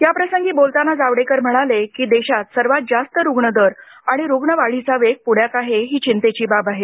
याप्रसंगी बोलताना जावडेकर म्हणाले की देशात सर्वात जास्त रुग्णदर आणि रुग्णवाढीचा वेग पुण्यात आहे ही चिंतेची बाब आहे